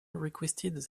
requested